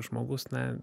žmogus na